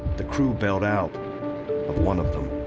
the crew bailed out of one of them.